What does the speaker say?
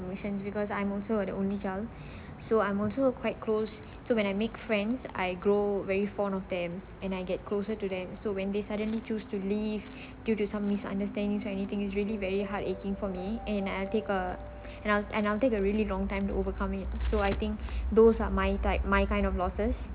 emotions because I'm also the only child so I'm also a quite close so when I make friends I grow very fond of them and I get closer to them so when they suddenly chose to leave due to some misunderstanding or anything it's really very heart aching for me and I take a and I'll and I'll take a really long time to overcome it so I think those are my type my kind of losses